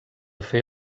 fer